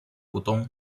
股东